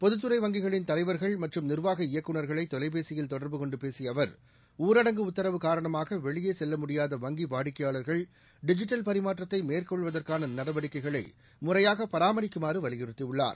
பொதுத்துறை வங்கிகளின் தலைவர்கள் மற்றும் நிர்வாக இயக்குநர்களை தொலைபேசியில் தொடர்புகொண்டு பேசிய அவர் ஊரடங்கு உத்தரவு காரணமாக வெளியே செல்ல முடியாத வங்கி வாடிக்கையாளர்கள் டிஜிட்டல் பரிமாற்றத்தை மேற்கொள்வதற்கான நடவடிக்கைகளை முறையாக பராமரிக்குமாறு வலியுறுத்தியுள்ளார்